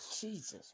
Jesus